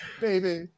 baby